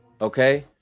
okay